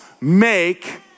make